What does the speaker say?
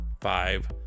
five